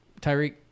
Tyreek